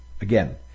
Again